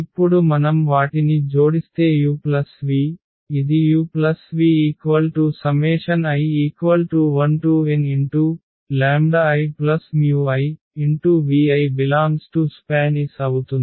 ఇప్పుడు మనం వాటిని జోడిస్తే uv ఇదిuvi1niiviSPANS అవుతుంది